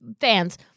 fans